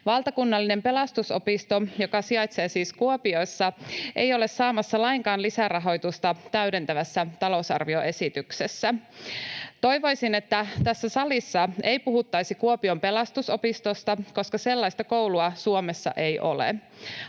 Valtakunnallinen Pelastusopisto, joka sijaitsee siis Kuopiossa, ei ole saamassa lainkaan lisärahoitusta täydentävässä talousarvioesityksessä. Toivoisin, että tässä salissa ei puhuttaisi Kuopion Pelastusopistosta, koska sellaista koulua Suomessa ei ole.